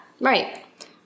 Right